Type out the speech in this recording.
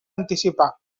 anticipar